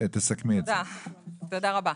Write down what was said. תודה רבה.